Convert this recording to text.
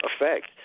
effect